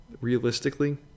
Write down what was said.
realistically